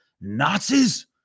Nazis